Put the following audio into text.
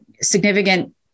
significant